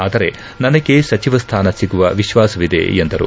ಆದರೆ ನನಗೆ ಸಚಿವ ಸ್ನಾನ ಸಿಗುವ ವಿಶ್ಲಾಸವಿದೆ ಎಂದರು